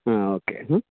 okay